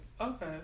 Okay